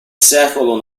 secolo